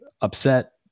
upset